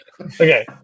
okay